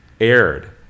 aired